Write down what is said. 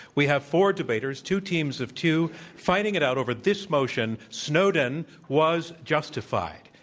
we have four debaters, two teamsof two, fighting it out over this motion snowden was justified.